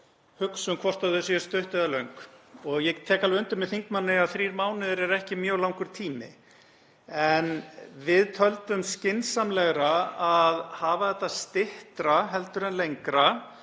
hugsum hvort þau séu stutt eða löng. Ég tek alveg undir með þingmanni að þrír mánuðir eru ekki mjög langur tími en við töldum þó skynsamlegra að hafa þetta frekar styttra en lengra,